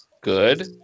Good